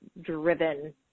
driven